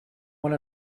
one